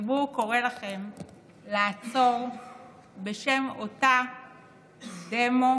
הציבור קורא לכם לעצור בשם אותה דמוקרטיה.